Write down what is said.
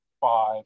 five